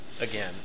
again